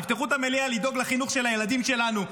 תפתחו את המליאה כדי לדאוג לחינוך של הילדים שלנו,